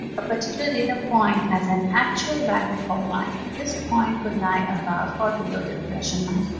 a particular data point has an actual value for y. this point could lie above or below the regression line.